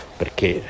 perché